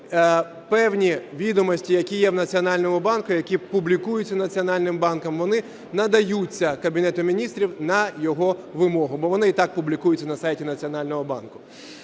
певні відомості, які є в Національному банку, які публікуються Національним банком, вони надаються Кабінету Міністрів на його вимогу, бо вони і так публікуються на сайті Національного банку.